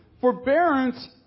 Forbearance